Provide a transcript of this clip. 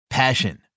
passion